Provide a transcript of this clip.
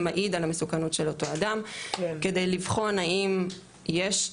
יעיד על המסוכנות של אותו אדם כדי לבחון האם יש,